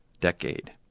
decade